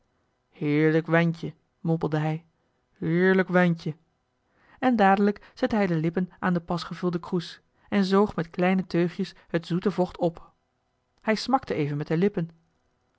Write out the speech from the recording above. heerlijk wijntje mompelde hij heerlijk wijntje en dadelijk zette hij de lippen aan den pas gevulden kroes en zoog met kleine teugjes het zoete vocht op hij smakte even met de lippen